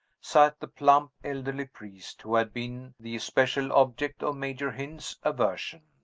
sat the plump elderly priest who had been the especial object of major hynd's aversion.